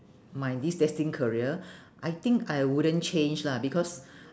my this destined career I think I wouldn't change lah because